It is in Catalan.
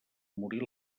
morir